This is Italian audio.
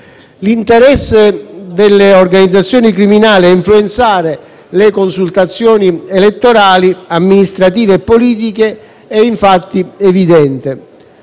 L'interesse delle organizzazioni criminali a influenzare le consultazioni elettorali amministrative e politiche è infatti evidente,